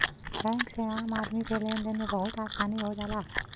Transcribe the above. bank से आम आदमी क लेन देन में बहुत आसानी हो जाला